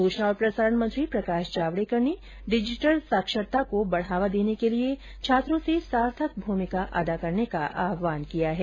सूचना और प्रसारण मंत्री प्रकाश जावड़ेकर ने डिजिटल साक्षरता को बढ़ावा देने को लिए छात्रों से सार्थक भूमिका अदा करने का आहवान किया है